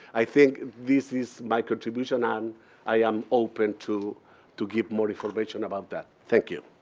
i think this is my contribution and i am open to to give more information about that. thank you.